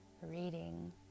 reading